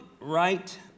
right